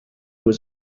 was